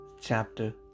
Chapter